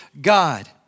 God